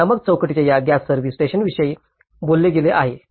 नियामक चौकटीत या गॅस सर्व्हिस स्टेशनविषयी बोलले गेले आहे